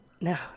No